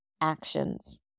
actions